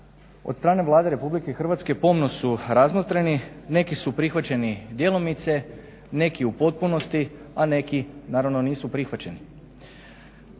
od strane Vlade RH pomno su razmotreni. Neki su prihvaćeni djelomice, neki u potpunosti, a neki naravno nisu prihvaćeni.